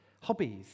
Hobbies